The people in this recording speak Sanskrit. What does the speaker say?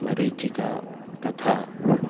मरीचिका तथा